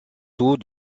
tout